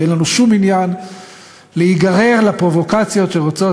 ואין לנו שום עניין להיגרר לפרובוקציות שרוצות